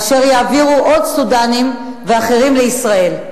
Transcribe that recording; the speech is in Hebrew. אשר יעבירו עוד סודנים ואחרים לישראל.